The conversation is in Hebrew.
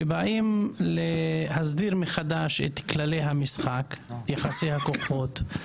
שבאים להסדיר מחדש את כללי המשחק, יחסי הכוחות,